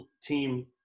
team